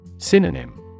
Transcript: Synonym